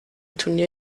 turnier